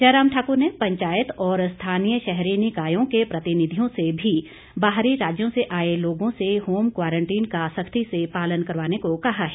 जयराम ठाकुर ने पंचायत और स्थानीय शहरी निकायों के प्रतिनिधियों से भी बाहरी राज्यों से आए लोगों से होम क्वारंटीन का सख्ती से पालन करवाने को कहा है